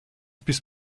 bis